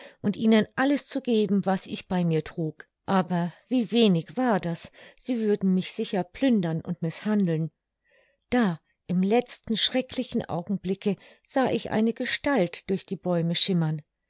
und ihnen alles zu geben was ich bei mir trug aber wie wenig war das sie würden mich sicher plündern und mißhandeln da im letzten schrecklichen augenblicke sah ich eine gestalt durch die bäume schimmern